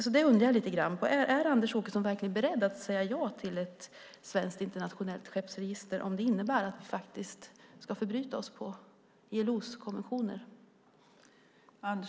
Då undrar jag: Är Anders Åkesson verkligen beredd att säga ja till ett svenskt internationellt skeppsregister om det innebär att vi ska förbryta oss mot ILO:s konventioner?